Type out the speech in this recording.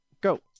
go